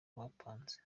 bapanze